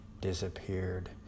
disappeared